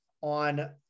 on